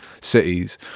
cities